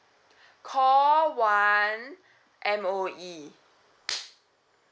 call one M_O_E